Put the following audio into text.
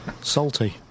Salty